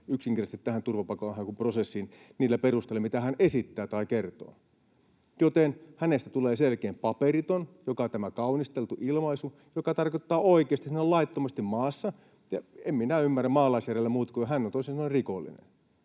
yksinkertaisesti tähän turvapaikanhakuprosessiin niillä perusteilla, mitä hän esittää tai kertoo, joten hänestä tulee selkeä paperiton, joka on tämän kaunisteltu ilmaisu, mikä tarkoittaa oikeasti, että hän on laittomasti maassa. En minä ymmärrä maalaisjärjellä muuta kuin että hän on toisin sanoen rikollinen.